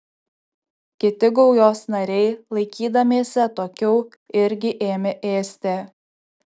kiti gaujos nariai laikydamiesi atokiau irgi ėmė ėsti